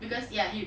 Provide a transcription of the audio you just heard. because ya he